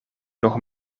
nog